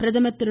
பிரதமர் திரு